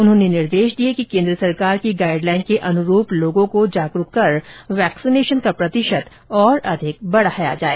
उन्होंने निर्देश दिए कि केन्द्र सरकार की गाइड लाइन के अनुरूप लोगों को जागरूक कर वैक्सीनेशन का प्रतिशत और अधिक बढ़ाया जाए